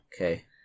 Okay